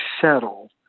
settle